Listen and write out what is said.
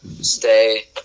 stay